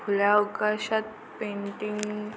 खुल्या अवकाशात पेंटिंग